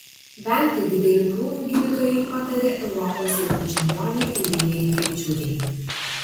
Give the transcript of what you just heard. vengti didelių krūvių gydytojai patarė europos jaunių čempionei aurimei rinkevičiūtei